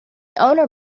owner